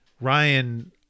Ryan